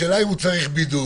השאלה אם הוא צריך בידוד,